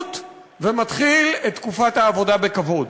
העבדות ומתחיל את תקופת העבודה בכבוד,